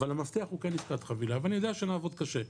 אבל המפתח הוא כן עסקת חבילה ואני יודע שנעבוד קשה,